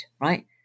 right